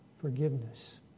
Forgiveness